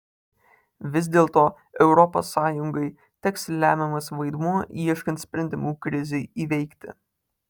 vis dėlto europos sąjungai teks lemiamas vaidmuo ieškant sprendimų krizei įveikti